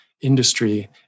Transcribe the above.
industry